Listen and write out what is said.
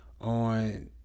on